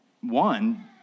one